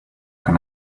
can